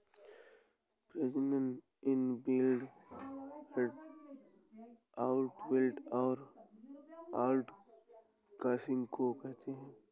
प्रजनन inbreeding, outbreeding और outcrossing हो सकता है